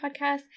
podcast